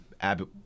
Abbott